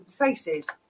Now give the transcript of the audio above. faces